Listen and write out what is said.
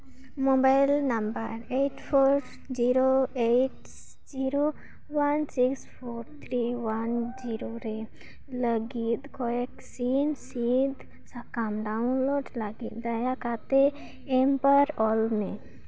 mobile number eight four zero eight zero one six four three one zero ᱨᱮ ᱞᱟᱹᱜᱤᱫ ᱠᱚᱭᱮᱠ ᱥᱤᱱ ᱥᱤᱫᱽ ᱥᱟᱠᱟᱢ ᱰᱟᱣᱩᱱᱞᱳᱰ ᱞᱟᱹᱜᱤᱫ ᱫᱟᱭᱟ ᱠᱟᱛᱮᱫ ᱮᱢᱯᱟᱨ ᱚᱞ ᱢᱮ